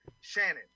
Shannon